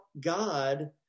God